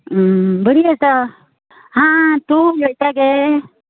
बरी आसा हां तूं उलयता गे